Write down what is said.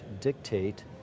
dictate